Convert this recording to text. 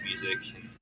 music